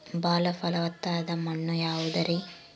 ಬಾಳ ಫಲವತ್ತಾದ ಮಣ್ಣು ಯಾವುದರಿ?